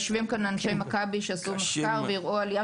יושבים כאן אנשי מכבי שעשו מחקר והראו עלייה